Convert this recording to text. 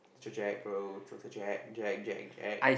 the jack bro total Jack Jack Jack Jack